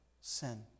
sin